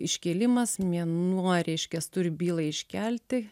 iškėlimas mėnuo reiškias turi bylą iškelti